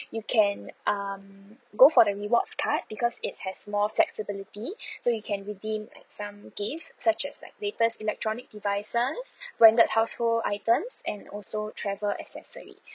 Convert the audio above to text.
you can um go for the rewards card because it has more flexibility so you can redeem like some gifts such as like latest electronic devices branded household items and also travel accessory